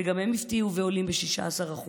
שגם הם הפתיעו ועולים ב-6%;